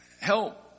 help